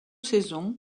saisons